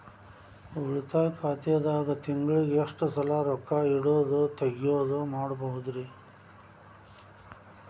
ಉಳಿತಾಯ ಖಾತೆದಾಗ ತಿಂಗಳಿಗೆ ಎಷ್ಟ ಸಲ ರೊಕ್ಕ ಇಡೋದು, ತಗ್ಯೊದು ಮಾಡಬಹುದ್ರಿ?